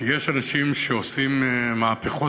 כי יש אנשים שעושים מהפכות.